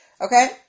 Okay